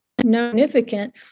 significant